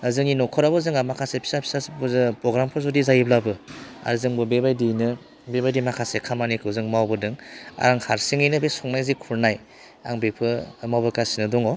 जोंनि नखराव जोंहा मोखासे फिसा फिसा ओह पग्रामफोर जुदि जायोब्लाबो आरो जोंबो बे बायदियैनो बे बायदि खामानिखौ जों मावबोदों आं हारसिङैनो बे संनाय जि खुरनाय आं बेखौ मावबोगासिनो दङ